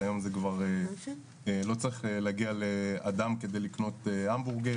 היום כבר לא צריך להגיע לאדם כדי לקנות המבורגר,